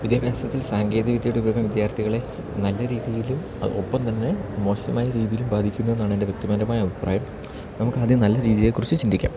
വിദ്യാഭ്യാസത്തിൽ സാങ്കേതിക വിദ്യയുടെ ഉപയോഗം വിദ്യാർത്ഥികളെ നല്ല രീതിയിലും ഒപ്പം തന്നെ മോശമായ രീതിയിലും ബാധിക്കുന്നു എന്നാണ് എൻ്റെ വ്യക്തിപരമായ അഭിപ്രായം നമുക്ക് ആദ്യം നല്ല രീതിയെക്കുറിച്ച് ചിന്തിക്കാം